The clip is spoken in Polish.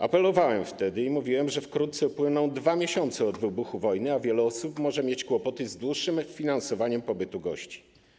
Apelowałem wtedy i mówiłem, że wkrótce upłyną 2 miesiące od wybuchu wojny, a wiele osób może mieć kłopoty z dłuższym finansowaniem pobytu gości.